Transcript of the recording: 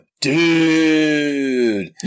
dude